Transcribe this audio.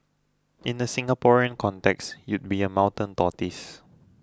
in the Singaporean context you'd be a mountain tortoise